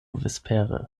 vespere